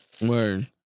Word